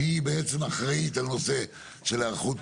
כך אני קורא לזה כי אתה בעצם אחראי על התיאום בין משרדי